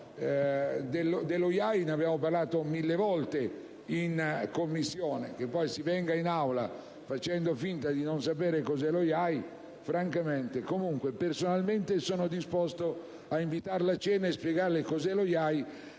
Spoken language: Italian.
dello IAI ne abbiamo parlato mille volte in Commissione. Che ora si venga in Aula facendo finta di non sapere cosa è lo IAI, francamente... Comunque, personalmente sono disposto ad invitarla a cena e a spiegarle cos'è lo IAI,